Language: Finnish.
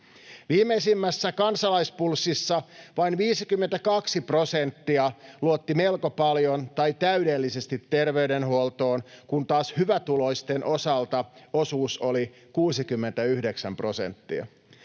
Viimeisimmässä Kansalaispulssissa vain 52 prosenttia luotti melko paljon tai täydellisesti terveydenhuoltoon, kun taas hyvätuloisten osalta osuus oli 69 prosenttia.